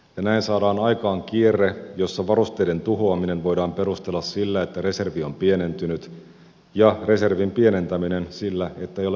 näin saadaan aikaan kierre jossa varusteiden tuhoaminen voidaan perustella sillä että reservi on pienentynyt ja reservin pienentäminen sillä että ei ole varusteita joita jakaa